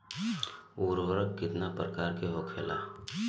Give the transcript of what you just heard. उर्वरक कितना प्रकार के होखेला?